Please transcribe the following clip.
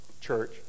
church